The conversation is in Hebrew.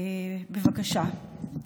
בבקשה.